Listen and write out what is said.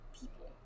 people